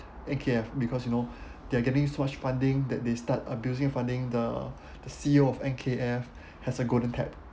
N_K_F because you know they're getting so much funding that they start abusing funding the the C_E_O of N_K_F has a golden tap